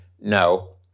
No